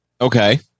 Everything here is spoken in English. Okay